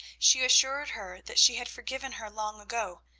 she assured her that she had forgiven her long ago,